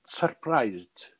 surprised